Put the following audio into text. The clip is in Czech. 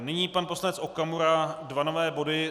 Nyní pan poslanec Okamura, dva nové body.